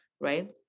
right